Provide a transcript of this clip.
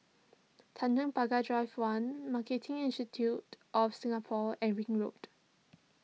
Tanjong Pagar Drive one Marketing Institute of Singapore and Ring Road